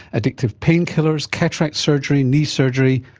addictive painkillers, cataract surgery, knee surgery,